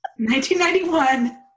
1991